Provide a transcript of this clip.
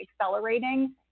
accelerating